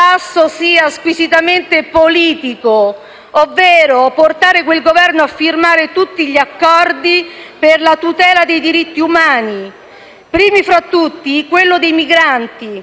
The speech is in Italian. sia squisitamente politico, per portare quel Governo a firmare tutti gli accordi per la tutela dei diritti umani, primi fra tutti quelli dei migranti.